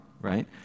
right